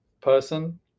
person